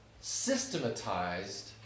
systematized